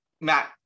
Matt